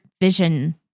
vision